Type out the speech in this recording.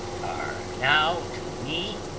are now to me,